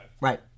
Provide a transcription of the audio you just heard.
Right